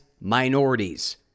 minorities